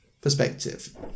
perspective